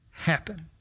happen